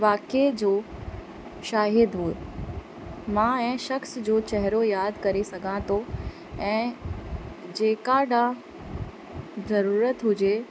वाक़िए जो शाहिद हुयो मां ऐं शख़्स जो चहिरो यादि करे सघां थो ऐं जंहिं काॾा ज़रूरत हुजे